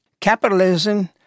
Capitalism